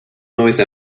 noise